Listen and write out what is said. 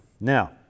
Now